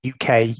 UK